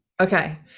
Okay